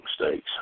mistakes